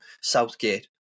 Southgate